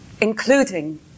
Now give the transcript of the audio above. including